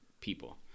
people